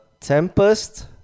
Tempest